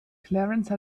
clarence